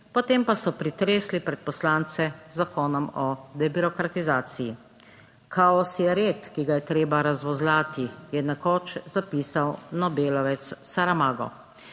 potem pa so pretresli pred poslance z Zakonom o debirokratizaciji. "Kaos je red, ki ga je treba razvozlati", je nekoč zapisal nobelovec Saramago.